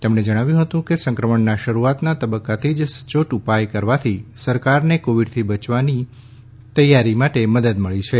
તેમણે જણાવ્યું હતું કે સંક્રમણના શરૂઆતના તબ્બકાથી જ સયોટ ઉપાય કરવાથી સરકારને કોવિડથી બટવાની તૈયારી માટે મદદ મળી છે